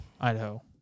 Idaho